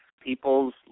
people's